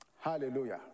hallelujah